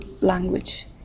language